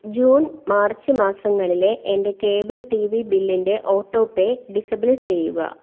June March മാസങ്ങളിലെ എൻ്റെ cable T V ബില്ലിൻ്റെ ഓട്ടോ പേ ഡിസേബിൾ ചെയ്യുക